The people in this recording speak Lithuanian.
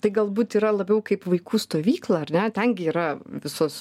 tai galbūt yra labiau kaip vaikų stovykla ar ne ten gi yra visos